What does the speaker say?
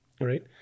right